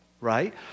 right